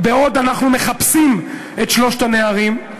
בעוד אנחנו מחפשים את שלושת הנערים.